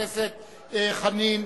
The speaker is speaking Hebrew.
תודה רבה לחבר הכנסת חנין.